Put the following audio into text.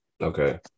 okay